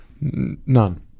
none